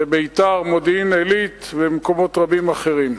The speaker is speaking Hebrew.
בביתר, במודיעין-עילית ובמקומות רבים אחרים.